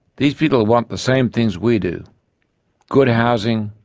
these people want the same things we do good housing,